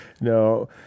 No